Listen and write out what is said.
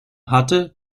hatte